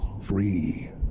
free